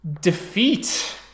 defeat